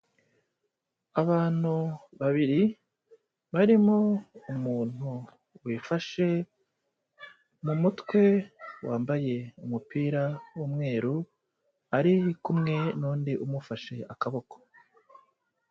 Abantu babiri, barimo umuntu wifashe mu mutwe wambaye umupira w'umweru, ari kumwe n'undi umufashe akaboko.